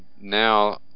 now